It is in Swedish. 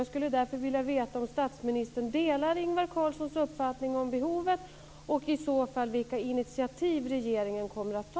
Jag skulle därför vilja veta om statsministern delar Ingvar Carlssons uppfattning om behovet och i så fall vilka initiativ regeringen kommer att ta.